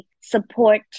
support